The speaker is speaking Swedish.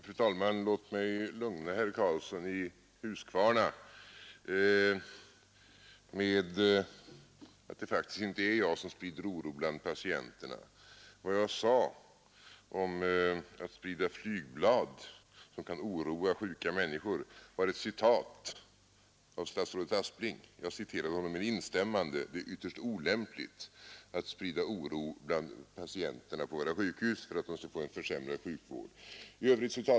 Fru talman! Låt mig lugna herr Karlsson i Huskvarna med att det faktiskt inte är jag som sprider oro bland patienterna. Vad jag sade om flygblad som kan oroa sjuka människor var ett citat av statsrådet Aspling. Jag citerade honom med instämmande — det är ytterst olämpligt att sprida oro bland patienterna på våra sjukhus för att de skulle få en försämrad sjukvård.